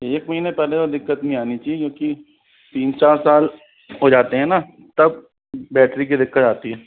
एक महीना पहले दिक्कत नहीं आनी चाहिए क्योंकि तीन चार साल हो जाते है ना तब बेटरी की दिक्कत आती है